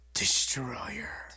destroyer